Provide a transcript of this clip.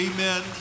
Amen